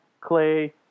Clay